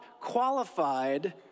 qualified